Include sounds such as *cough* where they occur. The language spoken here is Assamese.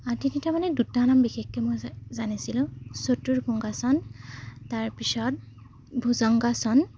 আদিকেইটা মানে দুটা নাম বিশেষকৈ মই জানিছিলোঁ *unintelligible* তাৰ পিছত ভূজংগাসন